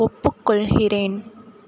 ஒப்புக்கொள்கிறேன்